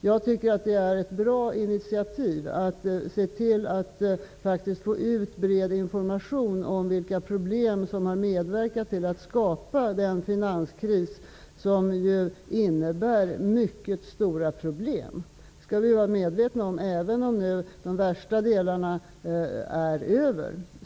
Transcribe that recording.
Jag tycker att det är ett bra initiativ att se till att det går ut bred information om vilka faktorer som har medverkat till att skapa den finanskris som innebär mycket stora problem. Det skall vi vara medvetna om, även om det värsta nu är över.